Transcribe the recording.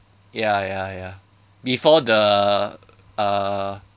ya ya ya before the uh